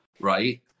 right